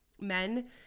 men